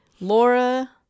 Laura